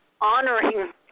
honoring